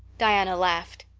diana laughed.